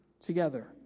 together